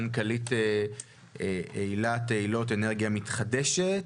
מנכ"לית אילת-אילות אנרגיה מתחדשת,